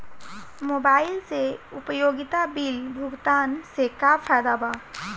Mobile से उपयोगिता bill भुगतान से का फायदा बा?